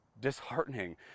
disheartening